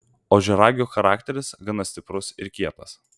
ožiaragių charakteris gana stiprus ir kietas